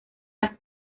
las